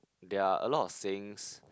there are a lot of sayings